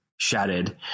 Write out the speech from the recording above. shattered